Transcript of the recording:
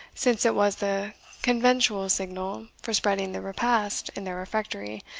since it was the conventual signal for spreading the repast in their refectory,